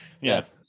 yes